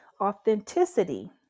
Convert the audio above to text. authenticity